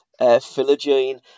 Philogene